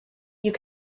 you